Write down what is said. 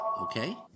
okay